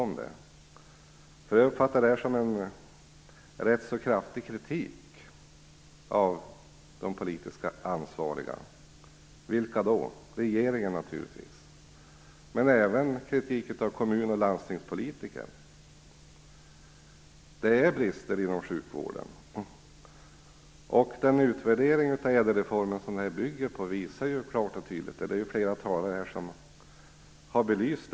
Jag uppfattar nämligen detta som en rätt kraftig kritik mot de politiskt ansvariga. Vilka? Regeringen naturligtvis. Men det är även en kritik mot kommun och landstingspolitiker. Att det finns brister inom sjukvården visar ju utvärderingen av ÄDEL-reformen klart och tydligt, vilket flera talare här har belyst.